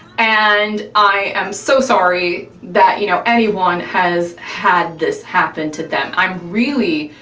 and i am so sorry that, you know, anyone has had this happen to them, i'm really.